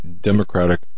Democratic